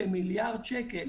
עצומה.